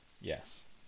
Yes